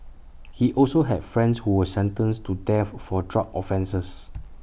he also had friends who were sentenced to death for drug offences